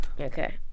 Okay